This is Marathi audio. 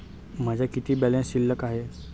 माझा किती बॅलन्स शिल्लक आहे?